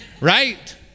right